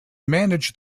managed